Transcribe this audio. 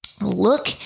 look